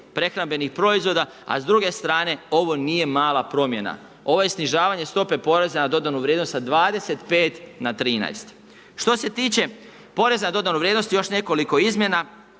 prehrambenih proizvoda, a s druge strane, ovo nije mala promjena. Ovo je snižavanje stope poreza na dodanu vrijednost sa 25 na 13. Što se tiče poreza na dodanu vrijednost još nekoliko izmjena.